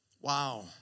Wow